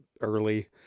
early